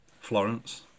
Florence